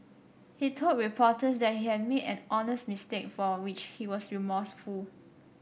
he told reporters that he had made an honest mistake for which he was remorseful